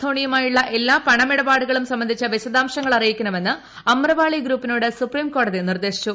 ധോണിയുമായുള്ള എല്ലാ പണമിടപാടുകളും സംബന്ധിച്ച വിശദാംശങ്ങൾ അറിയിക്കണമെന്ന് അമ്രപാളി ഗ്രൂപ്പിനോട് സുപ്രീംകോടതി നിർദ്ദേശിച്ചു